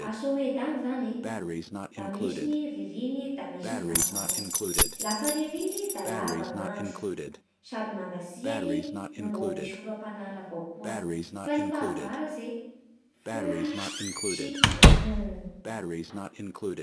A Soeda any zany e da misy ny ririny da misy ny fahavaratsy. Lafa ririny da lava ny andro sady mangatsiaky no mbô misy oram-panala avao koa; fa ny fahavaratsy e fohy sy antognony.